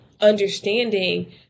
understanding